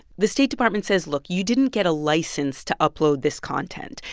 the state department says, look. you didn't get a license to upload this content,